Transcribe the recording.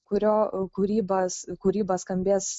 kurio kūrybas kūryba skambės